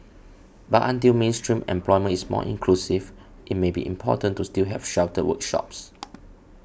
but until mainstream employment is more inclusive it may be important to still have sheltered workshops